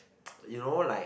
you know like